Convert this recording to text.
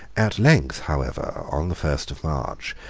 at length, however, on the first of march,